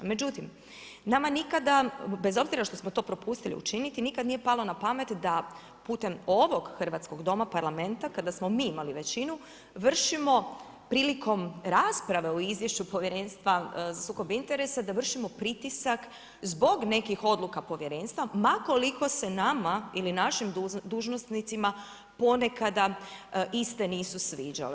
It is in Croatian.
No međutim, nama nikada bez obzira što smo to propustili učiniti nikad nije palo na pamet da putem ovog hrvatskog Doma, Parlamenta kada smo mi imali većinu vršimo prilikom rasprave o izvješću Povjerenstva za sukob interesa, da vršimo pritisak zbog nekih odluka povjerenstva ma koliko se nama ili našim dužnosnicima ponekada iste nisu sviđale.